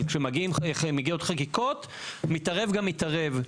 אבל כשמגיעות חקיקות מתערב גם מתערב.